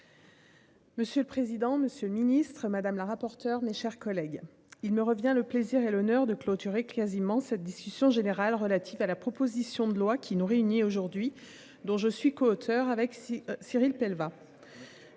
Monsieur le président, Monsieur le Ministre Madame la rapporteure, mes chers collègues, il me revient le plaisir et l'honneur de clôturer quasiment cette discussion générale relatifs à la proposition de loi qui nous réunit aujourd'hui dont je suis coauteur avec six Cyril elle va.